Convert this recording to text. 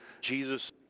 Jesus